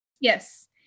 Yes